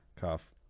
cough